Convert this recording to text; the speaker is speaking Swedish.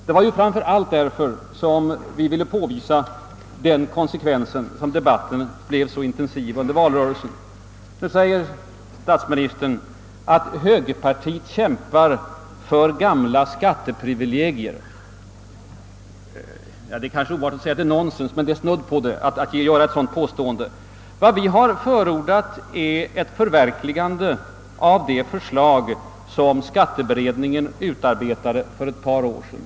Det var framför allt därför att vi ville påvisa sådana konsekvenser, som debatten blev så intensiv under valrörelsen. Nu påstår statsministern att högerpartiet kämpar för gamla skatteprivilegier. Ja, det är kanske oartigt att säga det, men det är snudd på nonsens att göra ett sådant påstående. Vad vi nu har förordat är ett förverkligande av det förslag som skatteberedningen utarbetade för ett par år sedan.